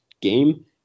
game